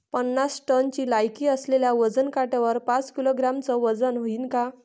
पन्नास टनची लायकी असलेल्या वजन काट्यावर पाच किलोग्रॅमचं वजन व्हईन का?